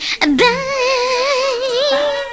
bye